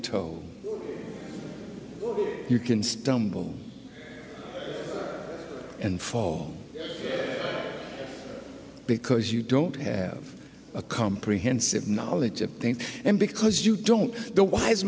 buteux you can stumble and fall because you don't have a comprehensive knowledge of things and because you don't the wise